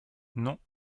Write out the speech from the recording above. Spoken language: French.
non